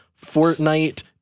fortnite